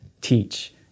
teach